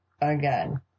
again